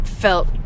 Felt